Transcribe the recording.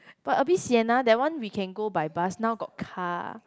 but a bit sian ah that one we can go by bus now got car